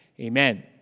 Amen